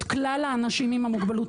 את כלל האנשים עם מוגבלות.